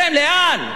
לאן, לאבדון?